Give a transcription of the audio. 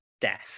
death